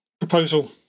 proposal